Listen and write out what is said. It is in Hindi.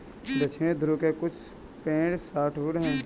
दक्षिणी ध्रुव के कुछ पेड़ सॉफ्टवुड हैं